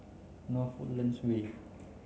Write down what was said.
North Woodlands Way